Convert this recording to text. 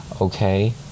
okay